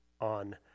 on